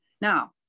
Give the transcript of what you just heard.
Now